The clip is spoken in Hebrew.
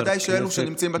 בוודאי של אלו שנמצאים בתפוצות.